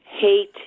hate